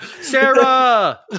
Sarah